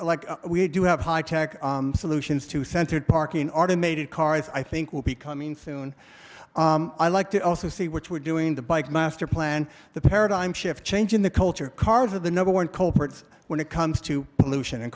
like we do have high tech solutions to centered parking art and made cars i think will be coming soon i like to also see which we're doing the bike master plan the paradigm shift change in the culture cars are the number one culprits when it comes to pollution and